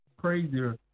crazier